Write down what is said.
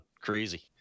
Crazy